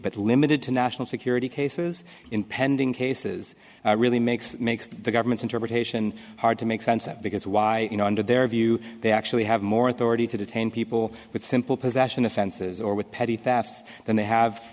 but limited to national security cases in pending cases really makes makes the government's interpretation hard to make sense that because why you know under their view they actually have more authority to detain people with simple possession offenses or with petty theft than they have